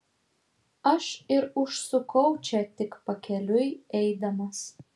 aš ir užsukau čia tik pakeliui eidamas